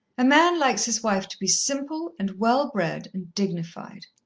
a man likes his wife to be simple and well-bred and dignified.